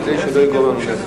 כדי שלא ייגרם נזק.